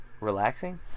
relaxing